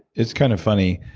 it's kind of funny.